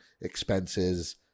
expenses